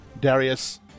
Darius